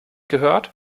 gehört